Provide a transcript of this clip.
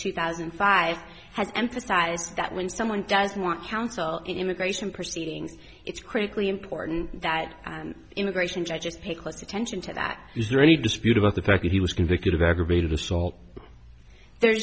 two thousand and five has emphasized that when someone does want counsel in immigration proceedings it's critically important that immigration judges pay close attention to that is there any dispute about the fact that he was convicted of aggravated assault the